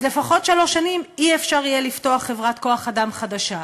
אז לפחות שלוש שנים לא יהיה אפשר לפתוח חברת כוח-אדם חדשה.